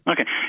Okay